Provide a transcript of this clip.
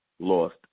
Lost